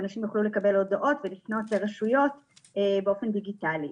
אנשים יוכלו לקבל הודעות ולפנות לרשויות באופן דיגיטלי,